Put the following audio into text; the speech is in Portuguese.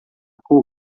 cor